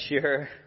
sure